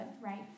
right